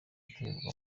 repubulika